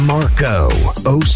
Marco